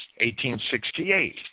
1868